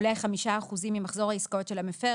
עולה על 5 אחוזים ממחזור העסקאות של המפר,